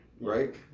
right